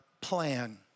plan